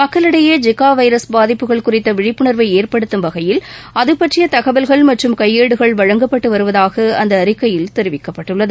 மக்களிடையே Zika virus பாதிப்புகள் குறித்த விழிப்புணர்வை ஏற்படுத்தும் வகையில் அதுபற்றிய தகவல்கள் மற்றும் கையேடுகள் வழங்கப்பட்டு வருவதாக அந்த அறிக்கையில் தெரிவிக்கபப்பட்டுள்ளது